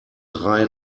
drei